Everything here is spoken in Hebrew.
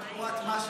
לא תמורת משהו,